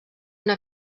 una